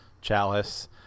chalice